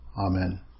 Amen